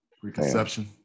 preconception